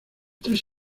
tres